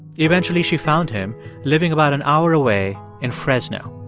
eventually, she found him living about an hour away in fresno.